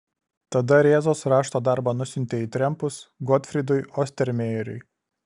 tada rėzos rašto darbą nusiuntė į trempus gotfrydui ostermejeriui